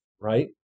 right